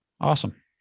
Awesome